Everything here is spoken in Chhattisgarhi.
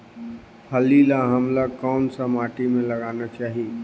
फल्ली ल हमला कौन सा माटी मे लगाना चाही?